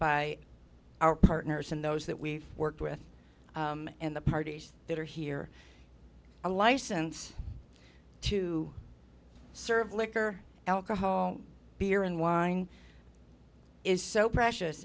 by our partners and those that we've worked with and the parties that are here a license to serve liquor alcohol beer and wine is so precious